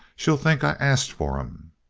she'll think i asked for em.